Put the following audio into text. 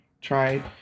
tried